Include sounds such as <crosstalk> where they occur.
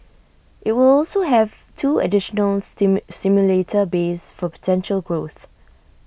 IT will also have two additional <unintelligible> simulator bays for potential growth